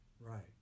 right